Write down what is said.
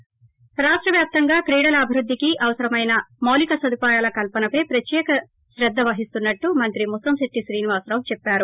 ి రాష్ట వ్యాప్తంగా క్రిడల ఆభివుద్దికి అవసరమైన మాళిక సదుపాయాల కల్సనపై ప్రత్యేక క్రద్లో వహిస్తునట్లు మంత్రి ముత్తంశెట్టి శ్రీనివాసరావు చెప్పారు